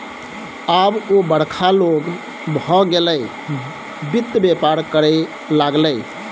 आब ओ बड़का लोग भए गेलै वित्त बेपार करय लागलै